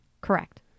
Correct